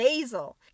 Basil